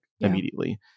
immediately